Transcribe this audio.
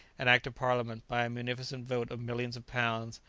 an act of parliament, by a munificent vote of millions of pounds,